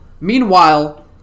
meanwhile